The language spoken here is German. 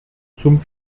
zum